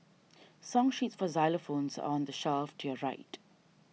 song sheets for xylophones are on the shelf to your right